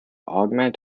argument